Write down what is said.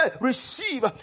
receive